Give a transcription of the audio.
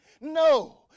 No